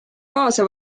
kaasa